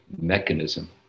mechanism